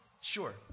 Sure